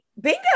bingo